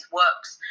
works